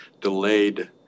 delayed